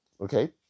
okay